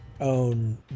own